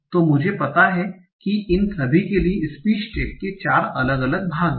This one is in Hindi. तो मुझे पता है कि इन सभी के लिए स्पीच टैग के 4 अलग अलग भाग हैं